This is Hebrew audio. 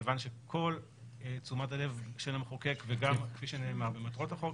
כיוון שכל תשומת הלב של המחוקק וגם כפי שנאמר במטרות החוק